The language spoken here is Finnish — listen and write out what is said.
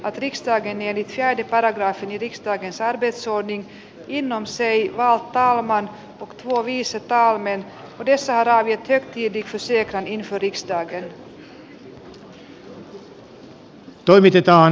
atrix tai tee mieli käydä paragraafitista ja sadesuodin innon seiji valtaa vaan tuo viissataamme yhdessä ravit ja kiviksi se että niin arvon edustajat